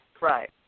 Right